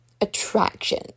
attraction